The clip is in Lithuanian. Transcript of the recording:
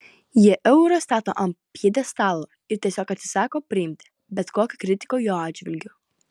jie eurą stato ant pjedestalo ir tiesiog atsisako priimti bet kokią kritiką jo atžvilgiu